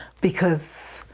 because,